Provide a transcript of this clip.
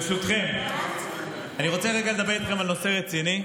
ברשותכם, אני רוצה רגע לדבר איתכם על נושא רציני.